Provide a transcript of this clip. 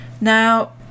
Now